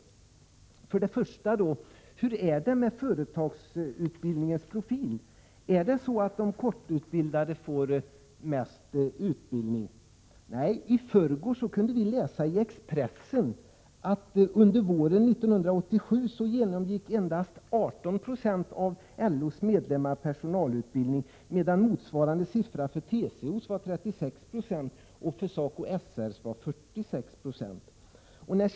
Hur är det för det första med företagsutbildningens profil? Är det så att de med kort utbildning får mest utbildning? Nej, i förrgår kunde vi läsa i Expressen att under våren 1987 genomgick endast 18 96 av LO:s medlemmar personalutbildning, medan motsvarande siffra var 36 20 för TCO:s medlemmar och 46 96 för SACO/ SR:s medlemmar.